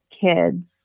kids